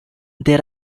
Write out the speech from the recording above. there